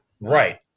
Right